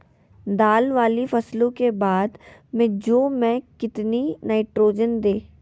दाल वाली फसलों के बाद में जौ में कितनी नाइट्रोजन दें?